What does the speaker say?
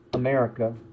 America